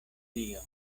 dio